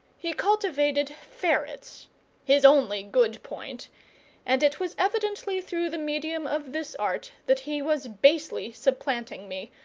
he cultivated ferrets his only good point and it was evidently through the medium of this art that he was basely supplanting me,